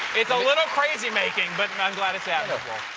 it's a little crazy-making, but i'm glad it's admirable.